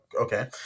okay